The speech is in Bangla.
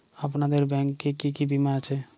আপনাদের ব্যাংক এ কি কি বীমা আছে?